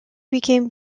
became